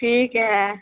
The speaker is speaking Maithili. ठीक हइ